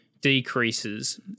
decreases